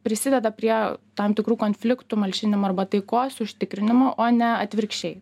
prisideda prie tam tikrų konfliktų malšinimo arba taikos užtikrinimo o ne atvirkščiai